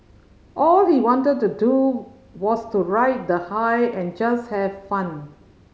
all he wanted to do was to ride the high and just have fun